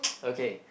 okay